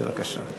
בבקשה.